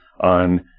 on